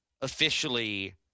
officially